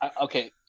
okay